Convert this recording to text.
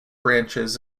branches